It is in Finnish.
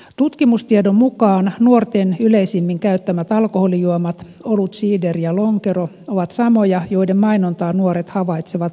tutkimustiedon mukaan nuorten yleisimmin käyttämät alkoholijuomat olut siideri ja lonkero ovat samoja joiden mainontaa nuoret havaitsevat parhaiten